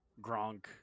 Gronk